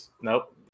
Nope